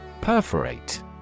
perforate